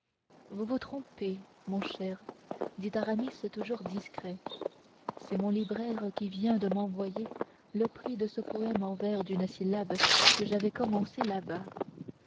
vous vous trompez mon cher dit aramis toujours discret c'est mon libraire qui vient de m'envoyer le prix de ce poème en vers d'une syllabe que j'avais commencé